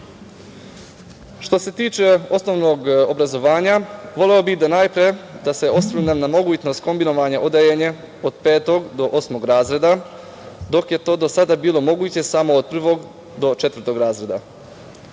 se tiče osnovnog obrazovanja, voleo bih najpre da se osvrnem na mogućnost kombinovanja odeljenja od petog do osmog razreda, dok je to do sada bilo moguće samo od prvog do četvrtog razreda.